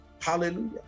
Hallelujah